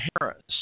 Harris